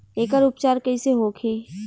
एकर उपचार कईसे होखे?